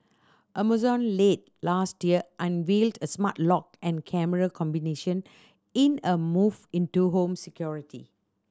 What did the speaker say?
Amazon late last year unveiled a smart lock and camera combination in a move into home security